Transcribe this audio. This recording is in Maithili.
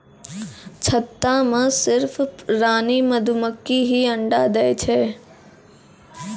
छत्ता मॅ सिर्फ रानी मधुमक्खी हीं अंडा दै छै